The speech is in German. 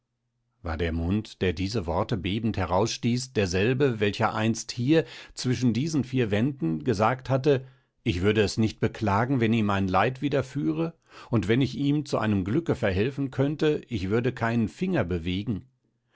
war der mund der diese worte bebend herausstieß derselbe welcher einst hier zwischen diesen vier wänden gesagt hatte ich würde es nicht beklagen wenn ihm ein leid widerführe und wenn ich ihm zu einem glücke verhelfen könnte ich würde keinen finger bewegen